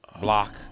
Block